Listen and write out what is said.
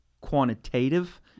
quantitative